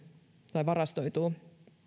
tai varastoituu